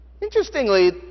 Interestingly